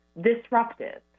disruptive